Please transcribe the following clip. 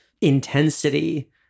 intensity